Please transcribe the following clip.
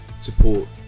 support